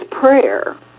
prayer